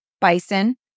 bison